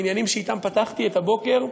עניינים שאתם פתחתי את הבוקר,